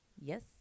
Yes